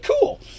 cool